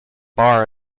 bar